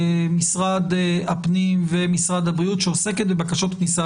משרד הפנים ומשרד הבריאות שעוסקת בבקשות הכניסה